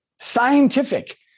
scientific